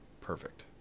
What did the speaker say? perfect